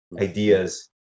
ideas